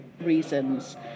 reasons